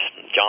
John